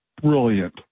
brilliant